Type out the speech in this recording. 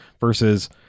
versus